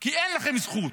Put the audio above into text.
כי אין לכם זכות,